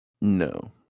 No